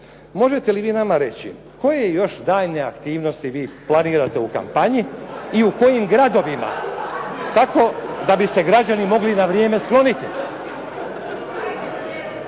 možete li vi nama reći koje još daljnje aktivnosti vi planirate u kampanji i u kojim gradovima? Tako da bi se građani mogli na vrijeme skloniti?